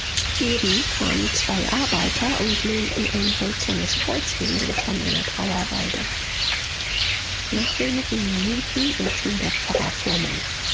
eben kamen zwei arbeiter und lehnten ein hölzernes kreuz gegen den stamm einer trauerweide nach wenigen minuten erschien der pfarrer fuhrmann